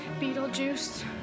Beetlejuice